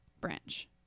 branch